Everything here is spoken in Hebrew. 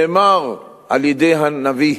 אמר הנביא: